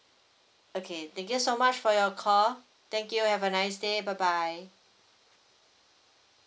okay thank you so much for your call thank you have a nice day bye bye